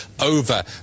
over